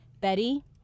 Betty